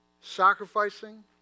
sacrificing